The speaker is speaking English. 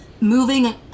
Moving